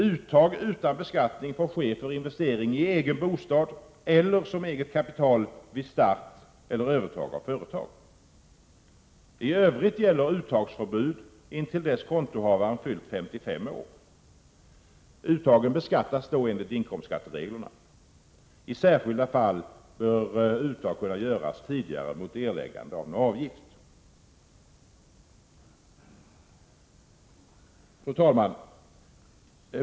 Uttag utan beskattning får ske för investering i egen bostad eller som eget kapital vid start eller övertag av företag. I övrigt gäller uttagsförbud intill dess kontohavaren fyllt 55 år. Uttagen beskattas då enligt inkomstskattereglerna. I särskilda fall bör uttag kunna göras tidigare mot erläggande av avgift. Fru talman!